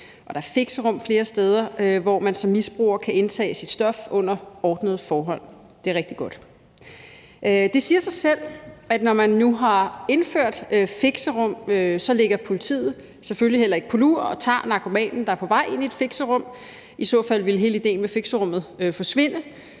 Der er fixerum flere steder, hvor man som misbruger kan indtage sit stof under ordnede forhold. Det er rigtig godt. Det siger sig selv, at når man nu har indført fixerum, ligger politiet selvfølgelig heller ikke på lur og tager narkomanen, der er på vej ind i et fixerum. I så fald vil hele idéen med fixerummet forsvinde,